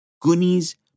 Goonies